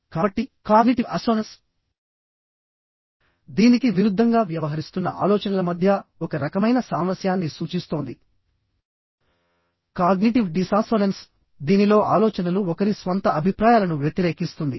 కాబట్టి cognitive assonance దీనికి విరుద్ధంగా వ్యవహరిస్తున్న ఆలోచనల మధ్య ఒక రకమైన సామరస్యాన్ని సూచిస్తోంది కాగ్నిటివ్ డిసాసోనెన్స్దీనిలో ఆలోచనలు ఒకరి స్వంత అభిప్రాయాలను వ్యతిరేకిస్తుంది